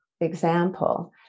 example